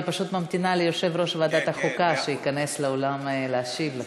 אני פשוט ממתינה שיושב-ראש ועדת החוקה ייכנס לאולם להשיב לך.